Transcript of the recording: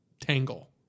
tangle